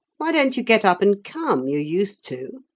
why don't you get up and come? you used to.